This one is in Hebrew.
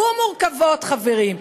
"ומורכבות", חברים.